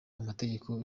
amategeko